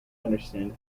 understand